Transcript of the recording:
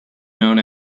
known